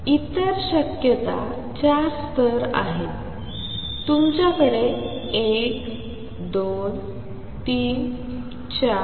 इतर शक्यता चार स्तर आहेत तुमच्याकडे 1 2 3 4